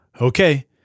Okay